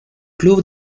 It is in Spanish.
club